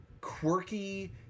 quirky